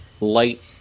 light